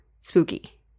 spooky